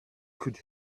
could